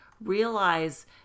Realize